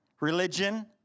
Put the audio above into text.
religion